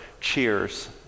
cheers